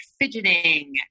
fidgeting